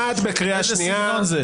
נעמה, את בקריאה שנייה.